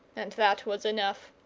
and that was enough.